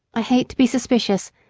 i hate to be suspicious,